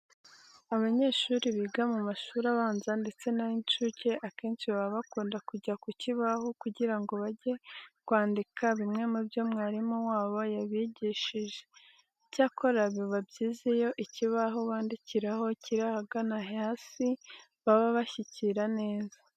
Abanyeshuri biga mu mashuri abanza ndetse n'ay'incuke akenshi baba bakunda kujya ku kibaho kugira ngo bajye kwandika bimwe mu byo umwarimu wabo aba yabigishije. Icyakora biba byiza iyo ikibaho bandikiraho kiri ahagana hasi baba bashyikira neza.